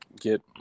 get